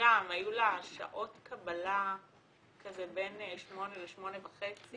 שגם היו לה שעות קבלה בין 08:00 ל-08:30.